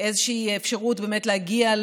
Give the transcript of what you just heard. איזושהי אפשרות להגיע,